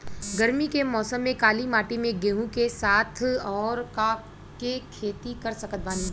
गरमी के मौसम में काली माटी में गेहूँ के साथ और का के खेती कर सकत बानी?